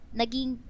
naging